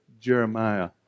Jeremiah